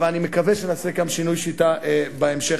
אבל אני מקווה שנעשה גם שינוי שיטה בהמשך.